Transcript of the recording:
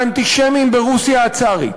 מהאנטישמים ברוסיה הצארית: